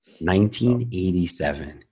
1987